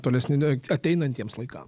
tolesniame ateinantiems laikam